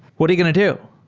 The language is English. what are you going to do?